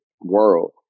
world